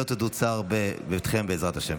שלא תדעו צער בביתכם, בעזרת השם.